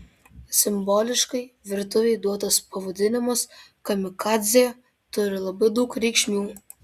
simboliškai virtuvei duotas pavadinimas kamikadzė turi labai daug reikšmių